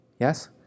Yes